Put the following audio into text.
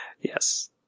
Yes